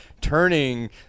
turning